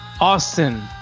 Austin